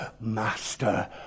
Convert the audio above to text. Master